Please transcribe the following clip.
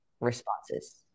responses